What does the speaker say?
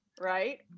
right